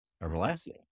Everlasting